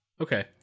Okay